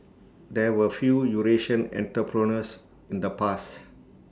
there were few Eurasian entrepreneurs in the past